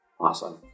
Awesome